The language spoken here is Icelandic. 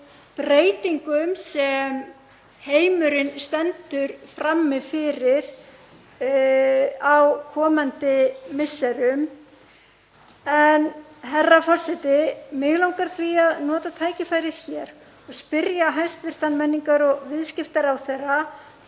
breytingum sem heimurinn stendur frammi fyrir á komandi misserum. Herra forseti. Mig langar því að nota tækifærið hér og spyrja hæstv. menningar- og viðskiptaráðherra